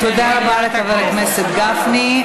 תודה רבה לחבר הכנסת גפני.